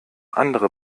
andere